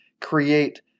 create